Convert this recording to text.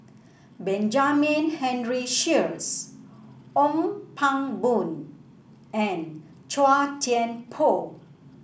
Benjamin Henry Sheares Ong Pang Boon and Chua Thian Poh